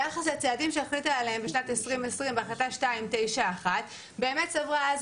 ביחס לצעדים שהחליטה עליהם בשנת 2020 בהחלטה 291. באמת סברה אז